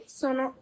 sono